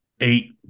eight